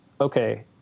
okay